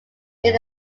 near